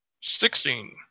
Sixteen